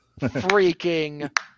freaking